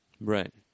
Right